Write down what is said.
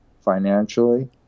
financially